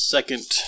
Second